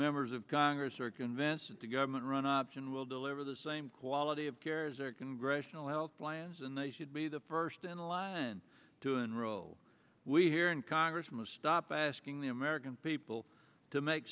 members of congress are convinced it's a government run option will deliver the same quality of care as their congressional health plans and they should be the first in line to enroll we here in congress must stop asking the american people to make